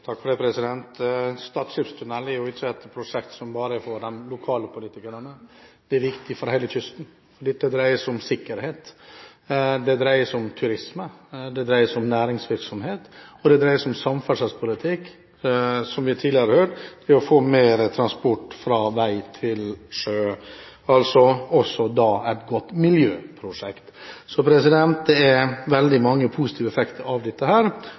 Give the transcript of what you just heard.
er jo ikke et prosjekt for bare de lokale politikerne. Den er viktig for hele kysten. Dette dreier seg om sikkerhet, det dreier seg om turisme, det dreier seg om næringsvirksomhet, og det dreier seg om samferdselspolitikk, som vi tidligere har hørt, ved å få mer transport fra vei til sjø – altså også et godt miljøprosjekt. Så det er veldig mange positive effekter av dette,